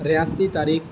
ریاستی تاریخ